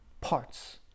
parts